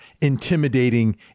Intimidating